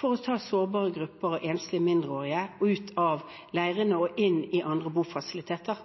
for å ta sårbare grupper og enslige mindreårige ut av leirene og inn i andre bofasiliteter.